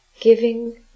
giving